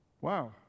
Wow